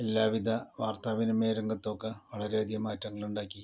എല്ലാവിധ വാർത്താവിനിമയ രംഗത്തുമൊക്കെ വളരെയധികം മാറ്റങ്ങളുണ്ടാക്കി